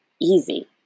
easy